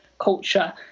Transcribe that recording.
culture